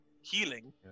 healing